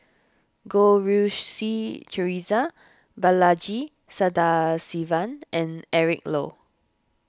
Goh Rui Si theresa Balaji Sadasivan and Eric Low